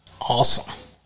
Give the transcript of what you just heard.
awesome